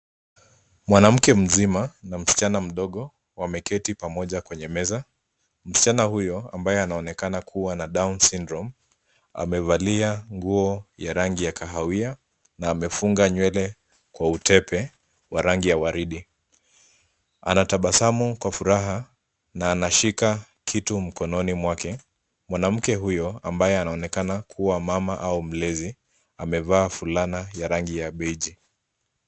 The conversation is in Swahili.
Mwanamke mzima na msichana mdogo wameketi pamoja mezani. Msichana huyo anaonekana kuwa na Down Syndrome. Amevalia nguo ya rangi ya kahawia na amefunga nywele kwa utepe wa rangi ya waridi. Anatabasamu kwa furaha huku akishika kitu mkononi mwake. Mwanamke huyo, ambaye anaonekana kuwa mama au mlezi, amevaa fulana ya rangi ya bluu.